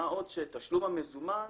מה עוד שתשלום המזומן